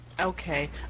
Okay